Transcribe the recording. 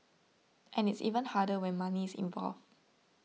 and it's even harder when money is involved